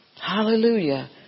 hallelujah